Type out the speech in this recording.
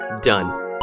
Done